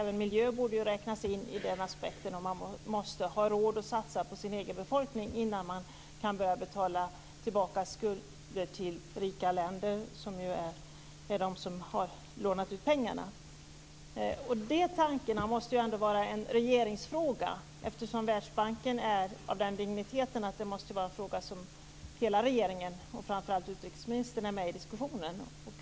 Även miljö borde räknas in i den aspekten. Man måste ha råd att satsa på sin egen befolkning innan man kan börja betala tillbaka skulder till rika länder, som ju är de som har lånat ut pengarna. Dessa tankar måste ändå vara en regeringsfråga, eftersom Världsbanken är av den digniteten. Det måste vara en fråga som hela regeringen och framför allt utrikesministern är med och diskuterar.